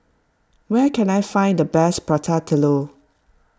where can I find the best Prata Telur